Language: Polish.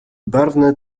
barwne